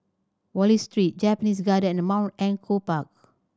Wallich Street Japanese Garden and Mount Echo Park